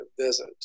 visit